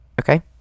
okay